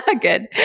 Good